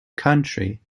country